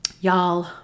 Y'all